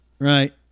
Right